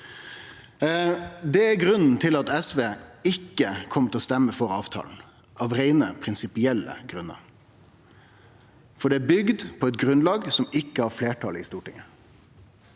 Det er grunnen til at SV ikkje kjem til å stemme for avtalen – det er av reint prinsipielle grunnar, fordi han er bygd på eit grunnlag som ikkje har fleirtal i Stortinget.